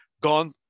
gone